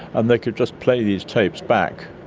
and they could just play these tapes back.